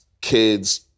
kids